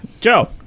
Joe